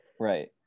Right